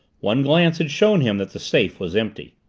one glance had shown him that the safe was empty.